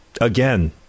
again